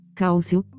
cálcio